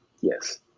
yes